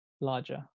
larger